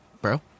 bro